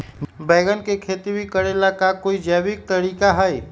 बैंगन के खेती भी करे ला का कोई जैविक तरीका है?